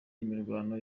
imirwano